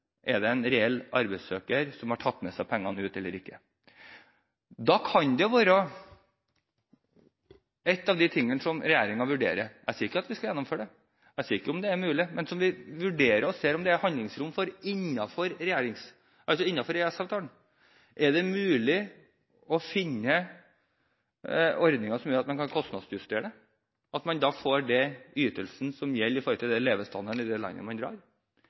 Er det en reell arbeidssøker som har tatt med seg pengene ut, eller ikke? Jeg sier ikke at vi skal gjennomføre det, jeg sier ikke at det er mulig, men da kan jo en av de tingene som regjeringen vurderer, være å se på om det er handlingsrom innenfor EØS-avtalen til å finne ordninger som gjør at man kan kostnadsjustere ytelsen det gjelder, etter levestandarden i det landet man drar til. Er det